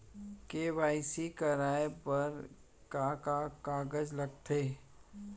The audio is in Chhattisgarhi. के.वाई.सी कराये बर का का कागज लागथे?